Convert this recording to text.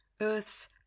Earth's